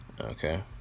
Okay